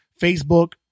Facebook